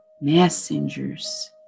messengers